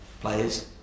players